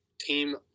team